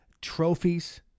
trophies